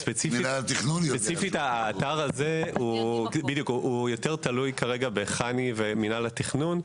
ספציפית האתר הזה יותר תלוי כרגע בחנ"י ובמינהל התכנון.